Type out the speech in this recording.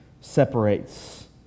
separates